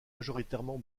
majoritairement